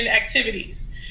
activities